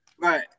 right